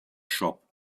shop